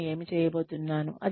నేను ఏమి చేయబోతున్నాను